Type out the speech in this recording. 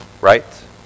Right